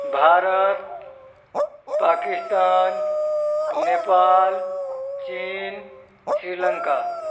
भारत पाकिस्तान नेपाल चीन श्रीलङ्का